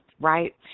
right